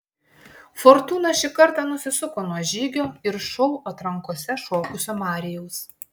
fortūna šį kartą nusisuko nuo žygio ir šou atrankose šokusio marijaus